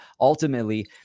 ultimately